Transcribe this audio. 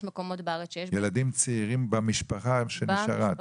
ילדים צעירים במשפחה שנשארה.